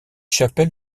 chapelle